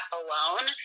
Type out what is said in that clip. alone